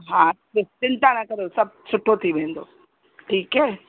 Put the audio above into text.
हा चिंता न करो सभु सुठो थी वेंदो ठीकु आहे